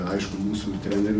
aišku mūsų trenerių